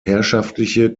herrschaftliche